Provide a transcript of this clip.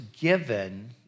given